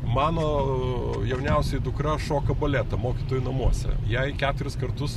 mano jaunioji dukra šoka baletą mokytojų namuose jai keturis kartus